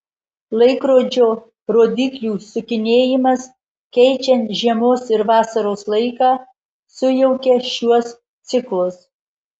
laikrodžio rodyklių sukinėjimas keičiant žiemos ir vasaros laiką sujaukia šiuos ciklus